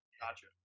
Gotcha